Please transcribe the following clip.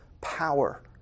power